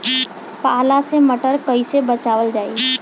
पाला से मटर कईसे बचावल जाई?